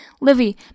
Livy